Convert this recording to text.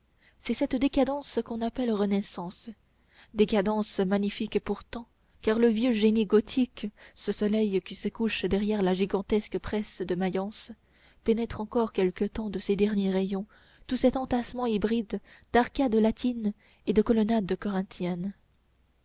c'est cette décadence qu'on appelle renaissance décadence magnifique pourtant car le vieux génie gothique ce soleil qui se couche derrière la gigantesque presse de mayence pénètre encore quelque temps de ses derniers rayons tout cet entassement hybride d'arcades latines et de colonnades corinthiennes